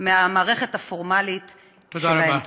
מהמערכת הפורמלית שלהם.